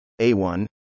A1